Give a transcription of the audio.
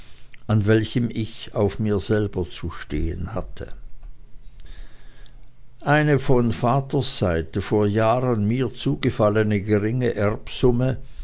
an welchem ich auf mir selber zu stehen hatte eine von vatersseite vor jahren mir zugefallene geringe